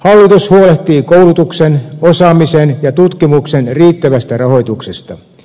hallitus huolehtii koulutuksen osaamisen ja tutkimuksen riittävästä rahoituksesta